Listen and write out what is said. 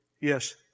Yes